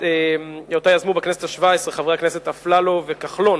שיזמו בכנסת השבע-עשרה חברי הכנסת אפללו וכחלון,